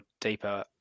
deeper